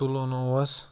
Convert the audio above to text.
تُلُن اوس